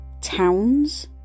towns